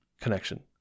connection